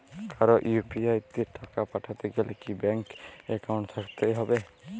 কারো ইউ.পি.আই তে টাকা পাঠাতে গেলে কি ব্যাংক একাউন্ট থাকতেই হবে?